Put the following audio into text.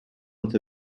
with